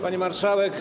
Pani Marszałek!